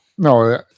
No